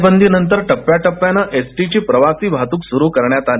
टाळेबंदीनंतर टप्प्या टप्प्याने एसटीची प्रवासी वाहतूक सुरू करण्यात आली